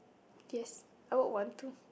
yes I would want to